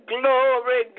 Glory